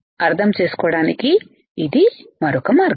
అర్థం చేసుకోవడానికి ఇది మరొక మార్గం